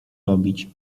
robić